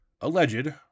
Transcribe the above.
alleged